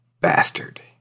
bastard